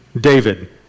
David